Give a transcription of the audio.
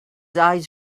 eyes